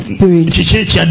Spirit